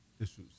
issues